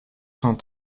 cent